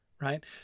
right